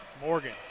Morgan